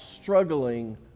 struggling